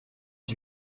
dix